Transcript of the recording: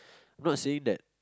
not saying that